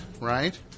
right